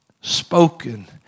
spoken